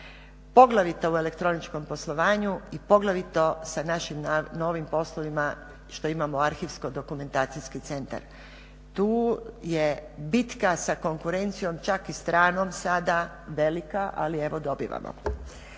poglavito u elektroničkom poslovanju i poglavito sa našim novim poslovima što imamo Arhivsko-dokumentacijski centar. Tu je bitka sa konkurencijom čak i stranom sada velika ali evo dobivamo.